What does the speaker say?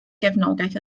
gefnogaeth